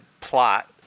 plot